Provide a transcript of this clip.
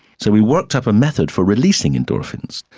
so we worked up a method for releasing endorphins.